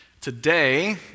Today